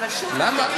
למה?